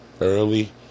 Early